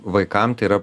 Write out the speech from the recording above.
vaikam tai yra